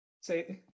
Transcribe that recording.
Say